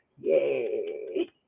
Yay